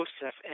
Joseph